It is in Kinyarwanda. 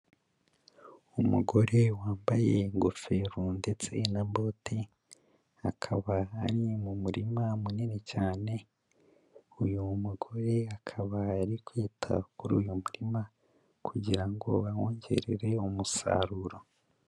Umugore wambaye ingofero ndetse na boti akaba ari mu murima munini cyane, uyu mugore akaba ari kwita kuri uyu murima kugira ngo awongerere umusaruro.